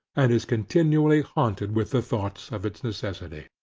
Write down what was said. and is continually haunted with the thoughts of its necessity.